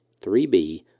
3B